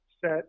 set